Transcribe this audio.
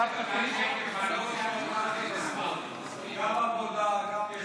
תשיב השרה תמר זנדברג, בבקשה.